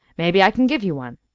maybe i can give you one.